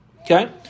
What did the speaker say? Okay